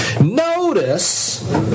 Notice